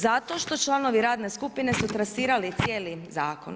Zato što članovi radne skupine su trasirali cijeli zakon.